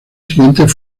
siguientes